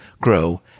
grow